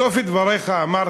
בסוף דבריך אמרת: